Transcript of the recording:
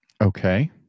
Okay